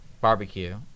barbecue